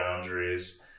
boundaries